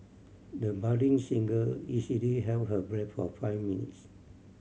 the budding singer easily held her breath for five minutes